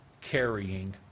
carrying